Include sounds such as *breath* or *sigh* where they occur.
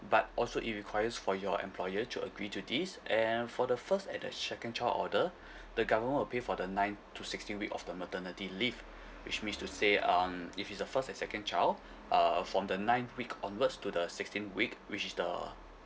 but also it requires for your employer to agree to this and for the first and the second child order *breath* the government will pay for the ninth to sixteenth week of the maternity leave which means to say um if it's a first and second child uh from the ninth week onwards to the sixteenth week which is the